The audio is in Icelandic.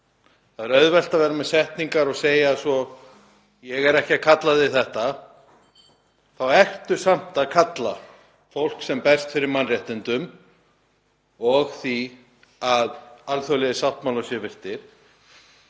Það er auðvelt að vera með setningar og segja svo: Ég er ekki að kalla þig þetta. Þá ertu samt að segja að fólk sem berst fyrir mannréttindum og því að alþjóðlegir sáttmálar séu virtir